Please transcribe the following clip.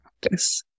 Practice